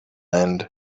end